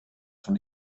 von